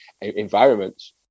environments